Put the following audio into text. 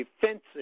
defensive